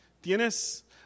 tienes